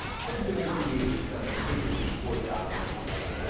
i think the mainstream media stegner ridiculously poor job of for of